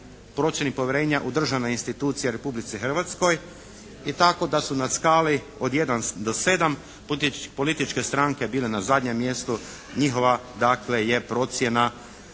procjena povjerenja u državne institucije u Republici Hrvatskoj. I tako da su na skali od 1 do 7 političke stranke bile na zadnjem mjestu. Njihova dakle je procjena